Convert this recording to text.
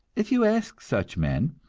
if you ask such men,